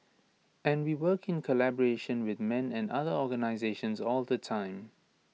and we work in collaboration with men and other organisations all the time